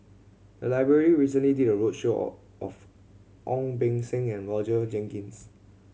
the library recently did a roadshow or of Ong Beng Seng and Roger Jenkins